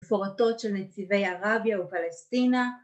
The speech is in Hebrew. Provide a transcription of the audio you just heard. ‫פורטות של נציבי ערביה ופלסטינה.